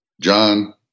John